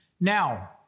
Now